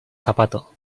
zapato